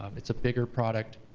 um it's a bigger product,